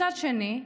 מצד שני,